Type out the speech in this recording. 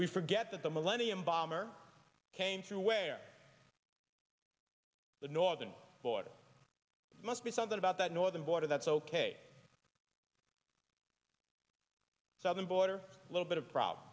we forget that the millennium bomber came through where the northern border must be something about that northern border that's ok southern border a little bit of a problem